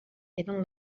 eren